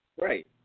Right